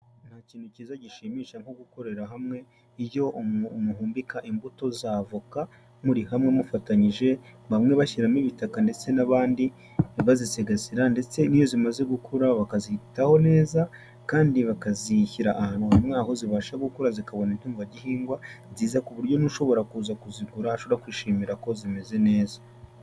Nta kintu cyiza gishimisha nko gukorera hamwe, iyo muhumbika imbuto za avoka, muri hamwe mufatanyije, bamwe bashyiramo ibitaka ndetse n'abandi ntibazisigasira, ndetse n'iyo zimaze gukura bakazitaho neza, kandi bakazishyira ahantu hamwe, aho zibasha gukura zikabona intungagihingwa nziza, ku buryo n'ushobora kuza kuzigura ashobora kwishimira ko zimeze neza.